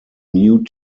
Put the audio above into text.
new